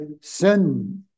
sin